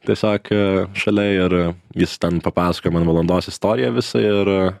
tiesiog šalia ir jis ten papasakojo man valandos istoriją visą ir